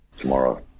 tomorrow